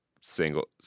single